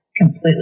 completely